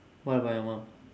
what about your mum